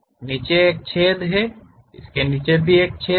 नीचे एक छेद है नीचे एक छेद है